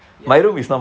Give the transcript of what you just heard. ya